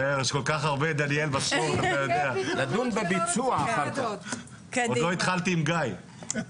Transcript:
ישאר, עוד לא התחלתי עם גיא.